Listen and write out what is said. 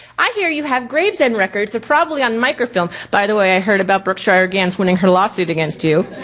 i hear you have gravesend records, they're probably on microfilm by the way, i heard about brooke schreier ganz winning her lawsuit against you.